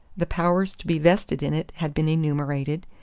the powers to be vested in it had been enumerated,